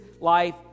life